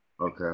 Okay